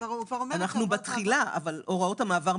צריך לתקן ולהוסיף בסעיף 19סח את הסמכות של שר הרווחה לעניין החוק הזה.